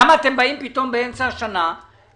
למה אתם באים פתאום באמצע השנה ואומרים